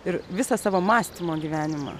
ir visą savo mąstymo gyvenimą